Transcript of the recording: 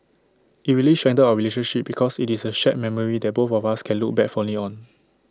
IT really strengthened our relationship because IT is A shared memory that both of us can look back fondly on